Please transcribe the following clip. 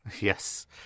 Yes